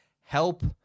help